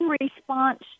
response